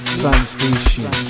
transition